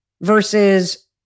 versus